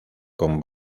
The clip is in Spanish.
con